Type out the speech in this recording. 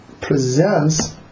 presents